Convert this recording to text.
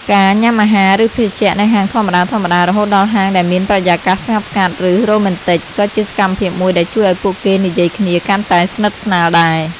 ការ ញ៉ាំអាហារ ឬភេសជ្ជៈ នៅហាងធម្មតាៗ រហូតដល់ហាងដែលមានបរិយាកាសស្ងប់ស្ងាត់ ឬរ៉ូមែនទិក ក៏ជាសកម្មភាពមួយដែលជួយឱ្យពួកគេនិយាយគ្នាកាន់តែស្និទ្ធស្នាលដែរ។